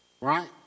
right